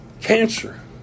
cancer